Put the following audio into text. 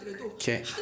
Okay